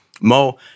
Mo